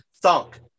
Thunk